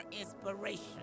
inspiration